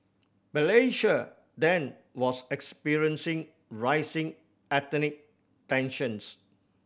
Malaysia then was experiencing rising ethnic tensions